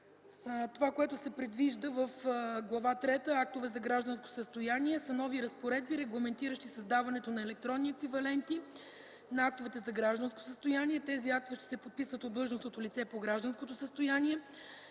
Това, което се предвижда в Глава трета „Актове за гражданско състояние”, са нови разпоредби, регламентиращи създаването на електронни еквиваленти на актовете за гражданско състояние. Тези актове ще се подписват от длъжностното лице по гражданското състояние